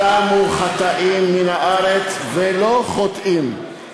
"יתמו חטאים מן הארץ", ולא חוטאים.